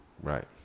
Right